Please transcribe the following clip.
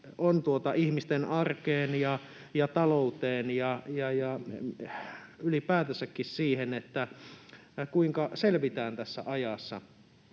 ihmisten arkeen ja talouteen ja ylipäätänsäkin siihen, kuinka selvitään tässä ajassa.